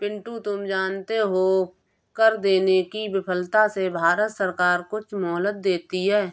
पिंटू तुम जानते हो कर देने की विफलता से भारत सरकार कुछ मोहलत देती है